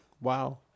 wow